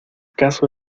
caso